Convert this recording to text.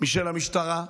משל המשטרה,